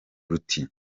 ruti